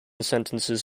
sentences